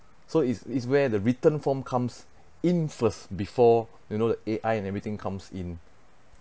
so is is where the written form comes in first before you know the A_I and everything comes in